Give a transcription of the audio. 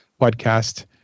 podcast